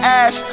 ass